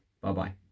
bye-bye